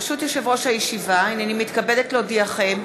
ברשות יושב-ראש הישיבה, הנני מתכבדת להודיעכם,